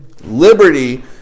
Liberty